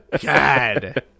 God